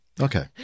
Okay